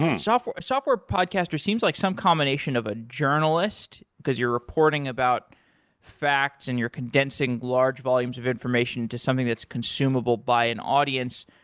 a software podcaster seems like some combination of a journalist, because you're reporting about facts and you're condensing large volumes of information to something that's consumable by an audience,